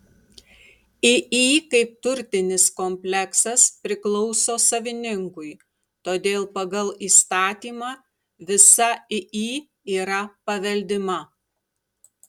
iį kaip turtinis kompleksas priklauso savininkui todėl pagal įstatymą visa iį yra paveldima